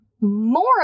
more